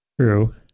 true